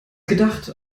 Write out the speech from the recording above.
gedacht